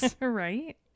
right